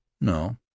no